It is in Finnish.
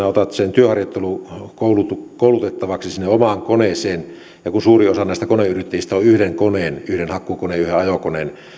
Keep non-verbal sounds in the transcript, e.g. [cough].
[unintelligible] otat kuljettajan työharjoitteluun koulutettavaksi sinne omaan koneeseen kun suuri osa näistä on yhden koneen yhden hakkuukoneen yhden ajokoneen